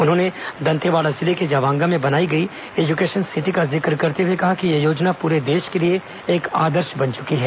उन्होंने दंतेवाड़ा जिले के जावंगा में बनाई गई एजुकेशन सिंटी का जिक्र करते हुए कहा कि यह योजना पूरे देश के लिए एक आदर्श बन चुकी है